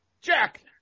Jack